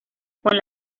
con